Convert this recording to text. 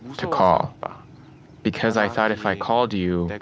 to call but because i thought if i called you, like